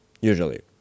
usually